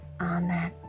Amen